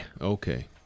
Okay